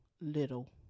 little